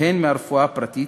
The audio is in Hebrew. והן מהרפואה הפרטית,